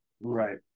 Right